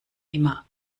immer